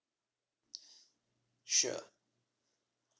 sure